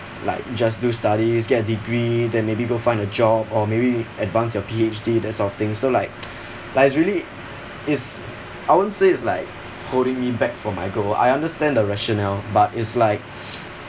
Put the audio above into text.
like just do studies get a degree then maybe we'll find a job or maybe advance your P_H_D that sort of thing so like like it's really is I wouldn't say it's like holding me back from my goal I understand the rationale but it's like